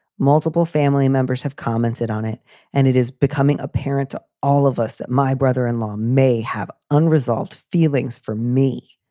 multiple family members have commented on it and it is becoming apparent to all of us that my brother in law may have unresolved feelings for me.